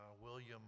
William